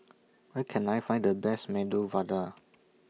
Where Can I Find The Best Medu Vada